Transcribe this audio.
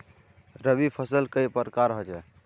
रवि फसल कई प्रकार होचे?